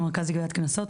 במרכז לגביית קנסות,